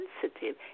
sensitive